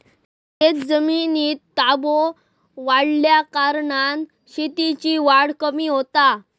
शेतजमिनीर ताबो वाढल्याकारणान शेतीची वाढ कमी होता